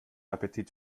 appetit